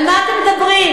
על מה אתם מדברים?